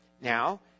Now